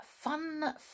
Fun